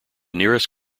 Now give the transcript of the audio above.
nearest